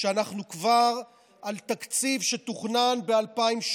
כשאנחנו כבר על תקציב שתוכנן ב-2018,